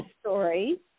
story